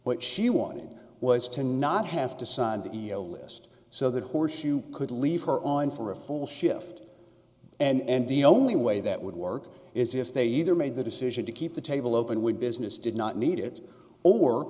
what she wanted was to not have to sign the iau list so that horse you could leave her on for a full shift and the only way that would work is if they either made the decision to keep the table open with business did not need